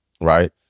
right